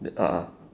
a'ah